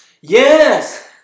Yes